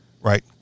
right